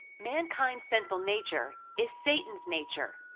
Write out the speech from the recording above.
mankind's sinful nature is satan's nature.